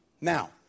Now